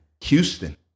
Houston